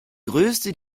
größte